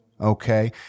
Okay